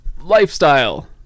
lifestyle